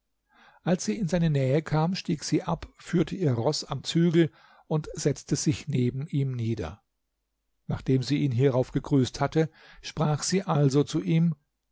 als sie in seine nähe kam stieg sie ab führte ihr roß am zügel und setzte sich neben ihm nieder nachdem sie ihn hierauf gegrüßt hatte sprach sie also zu ihm